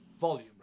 volume